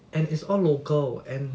and it's all local and